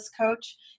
coach